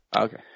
Okay